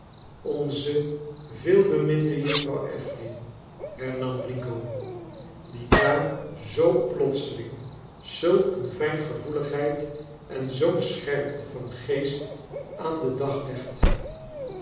onze veelbeminde juffrouw affery hernam rigaud die daar zoo plotseling zulk een fijngevoeligheid en zoo'n scherpte van geest aan den dag legt